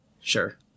sure